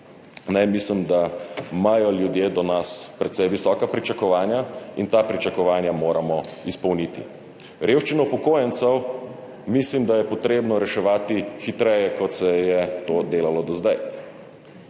Ne. Mislim, da imajo ljudje do nas precej visoka pričakovanja in ta pričakovanja moramo izpolniti. Revščino upokojencev mislim, da je treba reševati hitreje, kot se je to delalo do zdaj.